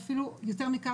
יותר מזה,